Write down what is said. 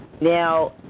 Now